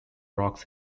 rocks